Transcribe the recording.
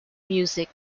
music